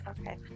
Okay